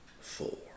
four